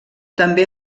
també